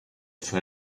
for